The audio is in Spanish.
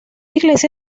iglesia